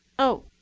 oh.